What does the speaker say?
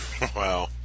Wow